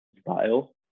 style